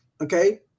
okay